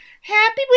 Happy